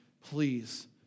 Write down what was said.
please